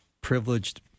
privileged